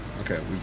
Okay